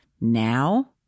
now